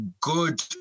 good